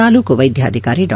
ತಾಲೂಕು ವೈದ್ಯಾಧಿಕಾರಿ ಡಾ